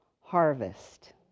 harvest